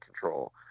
control